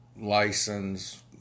license